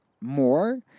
more